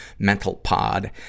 mentalpod